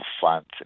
funds